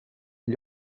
gli